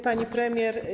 Pani Premier!